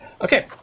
...okay